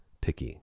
picky